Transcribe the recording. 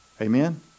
Amen